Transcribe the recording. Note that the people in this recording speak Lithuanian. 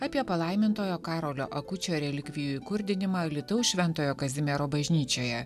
apie palaimintojo karolio akučio relikvijų įkurdinimą alytaus šventojo kazimiero bažnyčioje